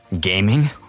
Gaming